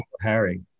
Harry